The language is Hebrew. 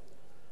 ועכשיו,